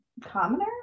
commoner